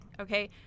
Okay